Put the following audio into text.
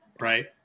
right